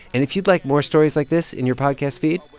and if you'd like more stories like this in your podcast feed,